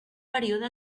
període